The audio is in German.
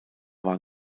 war